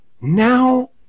now